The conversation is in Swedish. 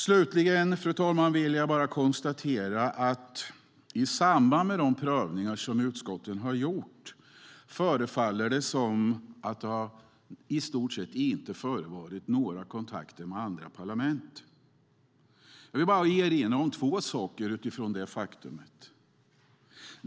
Slutligen, fru talman, vill jag bara konstatera att det i samband med de prövningar som utskotten har gjort förefaller som om det i stort sett inte har förevarit några kontakter med andra parlament. Jag vill bara erinra om två saker utifrån det faktumet.